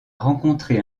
rencontré